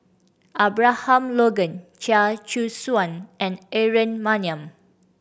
Abraham Logan Chia Choo Suan and Aaron Maniam